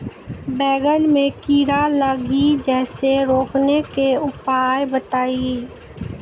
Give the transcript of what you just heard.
बैंगन मे कीड़ा लागि जैसे रोकने के उपाय बताइए?